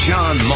John